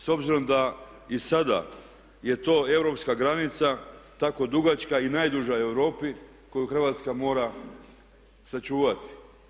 S obzirom da i sada je to europska granica tako dugačka i najduža u Europi koju Hrvatska mora sačuvati.